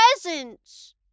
presents